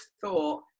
thought